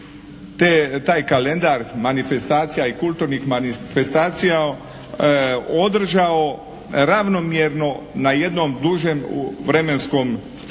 taj kalendar manifestacija i kulturnih manifestacija održao ravnomjerno na jednom dužem vremenskom